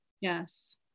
Yes